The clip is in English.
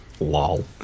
Lol